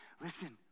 listen